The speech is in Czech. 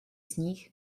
sníh